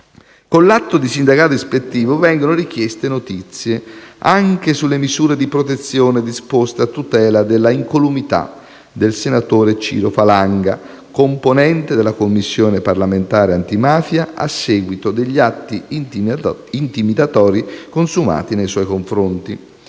Con l'atto di sindacato ispettivo in oggetto vengono richieste notizie anche sulle misure di protezione disposte a tutela dell'incolumità del senatore Ciro Falanga, componente della Commissione parlamentare di inchiesta sul fenomeno delle mafie, a seguito degli atti intimidatori consumati nei suoi confronti.